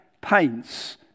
paints